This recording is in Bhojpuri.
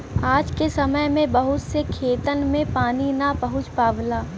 आज के समय में बहुत से खेतन में पानी ना पहुंच पावला